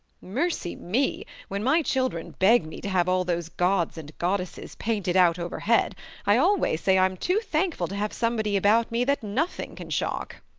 mercy me when my children beg me to have all those gods and goddesses painted out overhead i always say i'm too thankful to have somebody about me that nothing can shock!